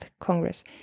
Congress